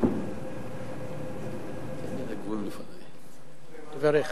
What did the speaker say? תברך